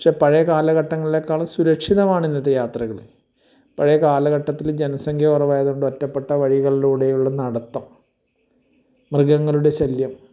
പക്ഷേ പഴയ കാലഘട്ടങ്ങളിലെക്കാളും സുരക്ഷിതമാണ് ഇന്നത്തെ യാത്രകൾ പഴയ കാലഘട്ടത്തിൽ ജനസംഖ്യ കുറവായതുകൊണ്ട് ഒറ്റപ്പെട്ട വഴികളിലൂടെയുള്ള നടത്തം മൃഗങ്ങളുടെ ശല്യം